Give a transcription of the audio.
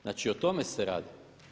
Znači o tome se radi.